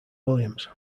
williams